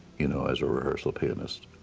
you know as a rehearsal pianist,